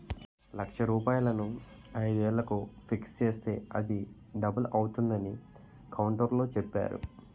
లక్ష రూపాయలను ఐదు ఏళ్లకు ఫిక్స్ చేస్తే అది డబుల్ అవుతుందని కౌంటర్లో చెప్పేరు